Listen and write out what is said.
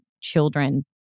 children